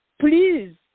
Please